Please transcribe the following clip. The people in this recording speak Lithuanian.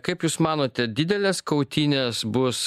kaip jūs manote didelės kautynės bus